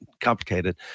complicated